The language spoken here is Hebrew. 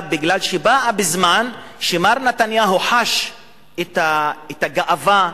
מפני שבאה בזמן שמר נתניהו חש את הגאווה,